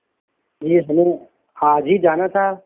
جی ہمیں آج ہی جانا تھا